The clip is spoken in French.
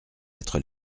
être